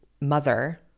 mother